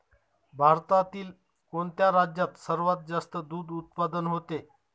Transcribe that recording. भारतातील कोणत्या राज्यात सर्वात जास्त दूध उत्पादन होते?